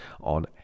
on